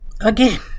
again